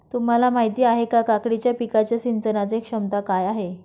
तुम्हाला माहिती आहे का, काकडीच्या पिकाच्या सिंचनाचे क्षमता काय आहे?